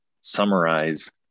summarize